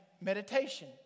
Meditation